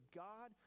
god